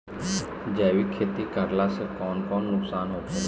जैविक खेती करला से कौन कौन नुकसान होखेला?